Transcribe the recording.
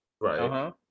Right